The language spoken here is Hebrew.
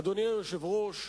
אדוני היושב-ראש,